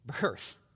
birth